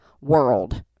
world